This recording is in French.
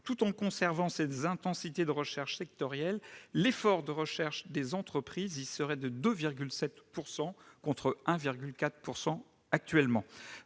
tout en conservant ses intensités de recherche sectorielles, l'effort de recherche des entreprises y serait de 2,7 %, contre 1,4 % actuellement